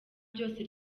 byose